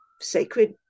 sacred